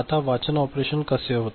आता वाचन ऑपरेशन कसे होते